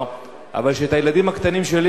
אבל כשאני הוצאתי את הילדים הקטנים שלי,